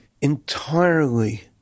entirely